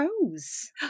Rose